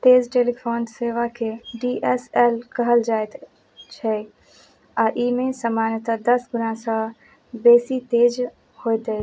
तेज टेलीफोन सेवाकेँ D S L कहल जाइत छै आओर एहिमे सामान्यतः दस गुणासँ बेसी तेज होइत अछि